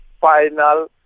final